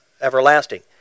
everlasting